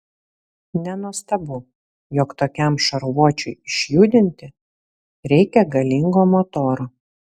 nenuostabu jog tokiam šarvuočiui išjudinti reikia galingo motoro